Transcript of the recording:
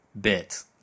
bit